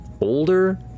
older